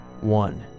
One